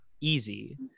easy